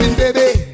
baby